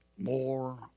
More